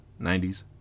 90s